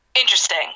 interesting